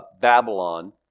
Babylon